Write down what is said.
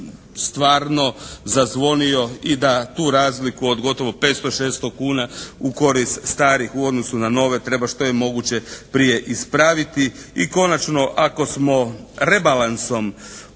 stvarno zazvonio i da tu razliku od gotovo 500, 600 kuna u korist starih u odnosu na nove treba što je moguće prije ispraviti. I konačno ako smo rebalansom